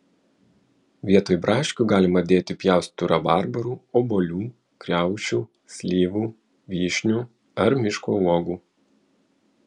vietoj braškių galima dėti pjaustytų rabarbarų obuolių kriaušių slyvų vyšnių ar miško uogų